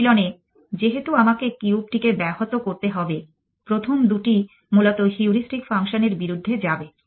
অনুশীলনে যেহেতু আমাকে কিউব টিকে ব্যাহত করতে হবে প্রথম দুটি মূলত হিউরিস্টিক ফাংশনের বিরুদ্ধে যাবে